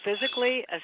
physically